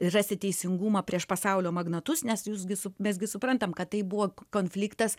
ir rasti teisingumą prieš pasaulio magnatus nes jūs gi su mes gi suprantam kad tai buvo kon konfliktas